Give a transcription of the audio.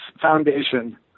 foundation